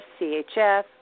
CHF